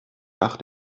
nach